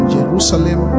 Jerusalem